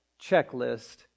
checklist